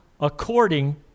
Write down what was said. according